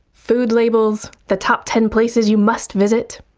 food labels the top ten places you must visit.